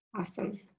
awesome